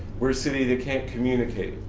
we're a city that can't communicate.